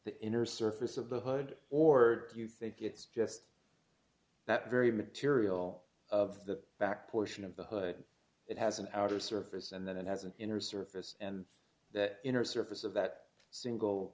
the inner surface of the hood or do you think it's just that very material of the back portion of the hood it has an outer surface and then it has an inner surface and that inner surface of that single